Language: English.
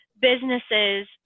businesses